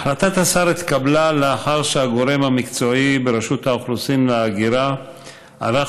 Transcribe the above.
החלטת השר התקבלה לאחר שהגורם המקצועי ברשות האוכלוסין וההגירה ערך